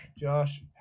Josh